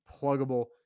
pluggable